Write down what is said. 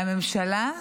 והממשלה,